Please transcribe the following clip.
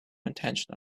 intention